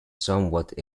somewhat